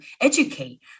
educate